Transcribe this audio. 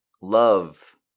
love